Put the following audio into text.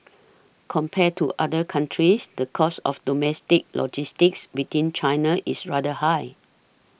compared to other countries the cost of domestic logistics within China is rather high